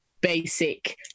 basic